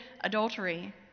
adultery